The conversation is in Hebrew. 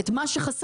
את מה שחסר